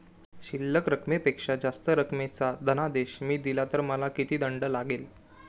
शिल्लक रकमेपेक्षा जास्त रकमेचा धनादेश मी दिला तर मला किती दंड लागेल?